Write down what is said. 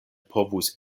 povus